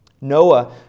Noah